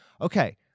okay